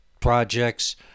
projects